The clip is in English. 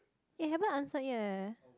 eh haven't answered yet leh